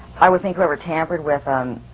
i would think whoever tampered with um